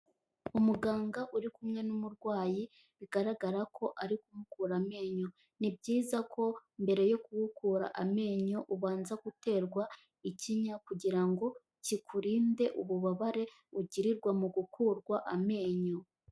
Umuganga uri kumwe n'umurwayi bigaragara ko ari kumukura amenyo, ni byiza ko mbere yo kugukura amenyo ubanza guterwa ikinya kugira ngo kikurinde ububabare ugirirwa mu gukurwa amenyo.